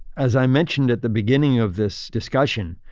as i mentioned at the beginning of this discussion,